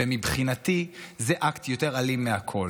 ומבחינתי זה אקט יותר אלים מהכול,